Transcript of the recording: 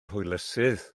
hwylusydd